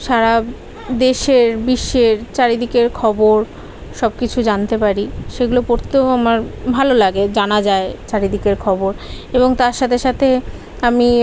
সারা দেশের বিশ্বের চারদিকের খবর সব কিছু জানতে পারি সেগুলো পড়তেও আমার ভালো লাগে জানা যায় চারদিকের খবর এবং তার সাথে সাথে আমি